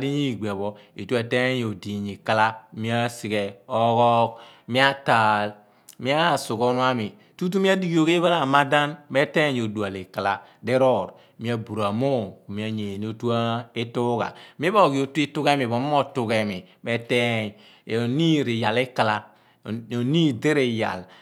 diyaa igbea pho tutu eteeny odiiny ikala mia sii ghe oghogh meataal mia sugha onuami, tutu mea dighi yough iipho ra ma dan meteeny odual ikala diroor mia bura muum mia yeene otu ituugha mi roghi otu itughe miphomi rotughe mii reteeny oniin riyaal ikala. Oniin di riyaal ikala.